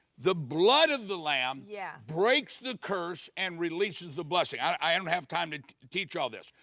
the blood of the lamb, yeah breaks the curse and releases the blessing. i don't have time to teach all this.